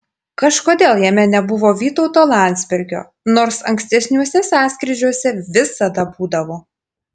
kažkodėl jame nebuvo vytauto landsbergio nors ankstesniuose sąskrydžiuose visada būdavo